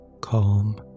Calm